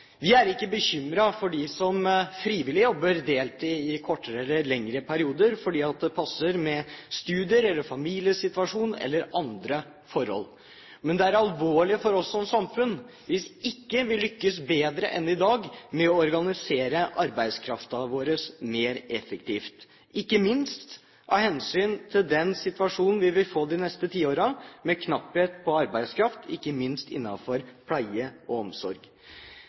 Vi er ikke bekymret for dem som frivillig jobber deltid i kortere eller lengre perioder fordi det passer med studier, familiesituasjonen eller andre forhold. Men det er alvorlig for oss som samfunn hvis ikke vi lykkes bedre enn i dag med å organisere arbeidskraften vår mer effektivt, ikke minst av hensyn til den situasjonen vi vil få de neste tiårene med knapphet på arbeidskraft, særlig innenfor pleie og omsorg.